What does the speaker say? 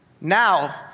Now